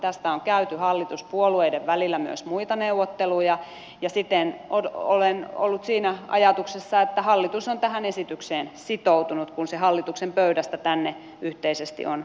tästä on käyty hallituspuolueiden välillä myös muita neuvotteluja ja siten olen ollut siinä ajatuksessa että hallitus on tähän esitykseen sitoutunut kun se hallituksen pöydästä tänne yhteisesti on tuotu